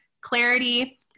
clarity